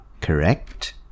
correct